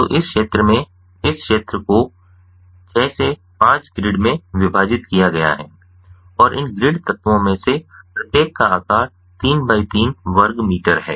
तो इस क्षेत्र में इस क्षेत्र को 6 से 5 ग्रिड में विभाजित किया गया है और इन ग्रिड तत्वों में से प्रत्येक का आकार 3 बाय 3 वर्ग मीटर है